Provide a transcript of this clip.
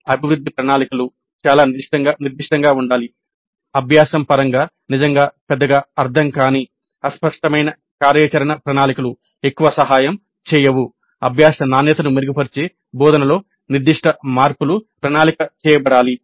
అభివృద్ధి ప్రణాళికలు చాలా నిర్దిష్టంగా ఉండాలి అభ్యాసం పరంగా నిజంగా పెద్దగా అర్ధం కాని అస్పష్టమైన కార్యాచరణ ప్రణాళికలు ఎక్కువ సహాయం చేయవు అభ్యాస నాణ్యతను మెరుగుపరిచే బోధనలో నిర్దిష్ట మార్పులు ప్రణాళిక చేయబడాలి